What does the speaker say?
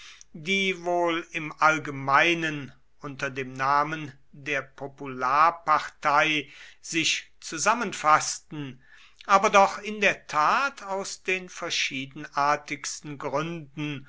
die wohl im allgemeinen unter dem namen der popularpartei sich zusammenfaßten aber doch in der tat aus den verschiedenartigsten gründen